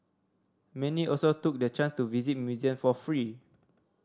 many also took the chance to visit museum for free